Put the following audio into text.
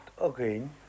again